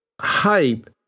hype